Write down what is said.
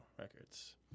Records